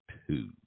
two